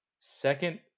second